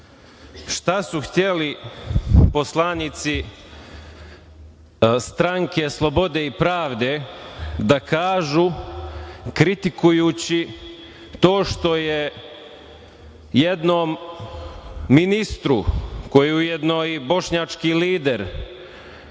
šta su hteli poslanici Stranke slobode i pravde da kažu kritikujući to što je jednom ministru, koji je ujedno i bošnjački lider,